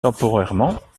temporairement